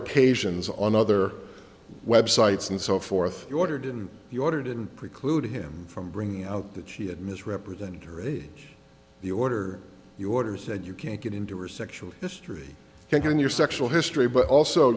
occasions on other websites and so forth you ordered and you ordered and preclude him from bringing out that she had misrepresented her age the order your order said you can't get into her sexual history can your sexual history but also